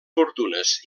fortunes